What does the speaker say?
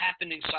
happening